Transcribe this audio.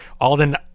Alden